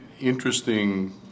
interesting